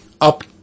up